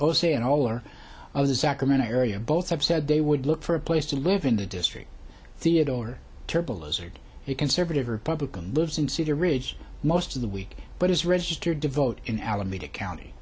oh say in all or the sacramento area both have said they would look for a place to live in the district theodore terrible izzard a conservative republican lives in cedar ridge most of the week but is registered to vote in alameda county